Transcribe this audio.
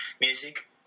music